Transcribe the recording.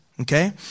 Okay